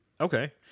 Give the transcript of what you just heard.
Okay